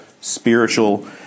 spiritual